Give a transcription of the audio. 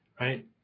Right